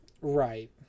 Right